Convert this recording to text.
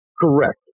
Correct